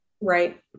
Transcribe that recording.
right